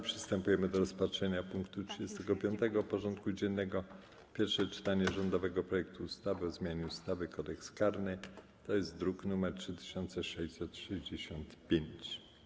Przystępujemy do rozpatrzenia punktu 35. porządku dziennego: Pierwsze czytanie rządowego projektu ustawy o zmianie ustawy Kodeks karny (druk nr 3665)